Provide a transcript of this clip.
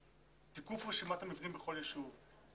תיקוף רשימת המבנים בכל ישוב,